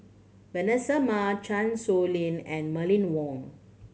Vanessa Mae Chan Sow Lin and Mylene Ong